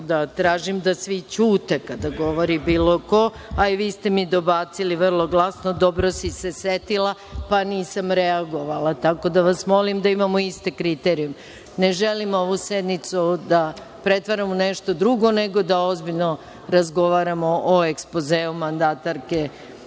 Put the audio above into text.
da tražim da svi ćute kada govori bilo ko, a i vi ste mi dobacili vrlo glasno – dobro si se setila, pa nisam reagovala. Tako da, molim vas da imamo iste kriterijume. Ne želim ovu sednicu da pretvaram u nešto drugo, nego da ozbiljno razgovaramo o ekspozeu mandatarke. Reč